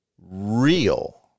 real